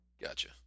Gotcha